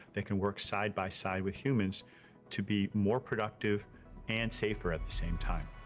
that can work side by side with humans to be more productive and safer at the same time.